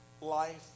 life